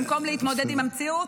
במקום להתמודד עם המציאות.